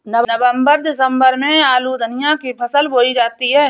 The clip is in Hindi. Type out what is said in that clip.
नवम्बर दिसम्बर में आलू धनिया की फसल बोई जाती है?